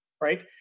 right